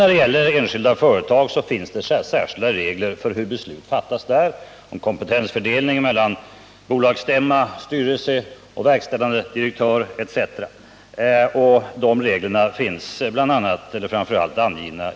När det gäller enskilda företag finns det särskilda regler för hur beslut fattas där — man har en Nr 72 kompetensfördelning mellan bolagsstämma, styrelse och verkställande Onsdagen den direktör, etc. — och dessa regler finns angivna framför allt i aktiebolagslagen.